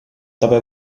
dabei